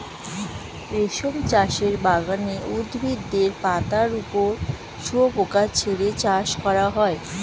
রেশম চাষের বাগানে উদ্ভিদের পাতার ওপর শুয়োপোকা ছেড়ে চাষ করা হয়